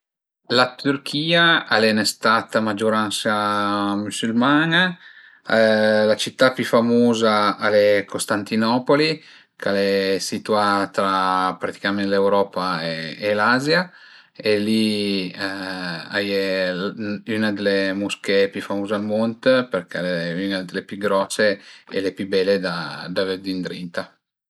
La Türchia al e ün stat a magiuransa müsülman-a. La città pi famuza al e Costantinopoli ch'al e situà tra praticament l'Europa e l'Azia e li a ie üna d'le musche-e pi famuze al mund perché al e üna d'le pi grose e le pi bele da vëdi ëndrinta